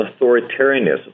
authoritarianism